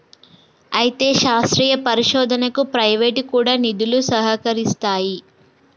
అయితే శాస్త్రీయ పరిశోధనకు ప్రైవేటు కూడా నిధులు సహకరిస్తాయి